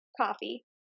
coffee